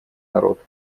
народ